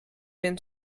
minh